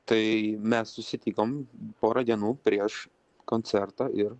tai mes susitikom porą dienų prieš koncertą ir